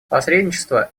посредничество